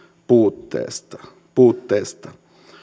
puutteesta puutteesta